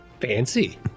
Fancy